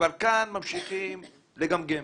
אבל כאן ממשיכים לגמגם,